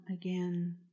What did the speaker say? again